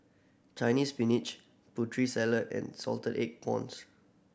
Chinese Spinach Putri Salad and salted egg prawns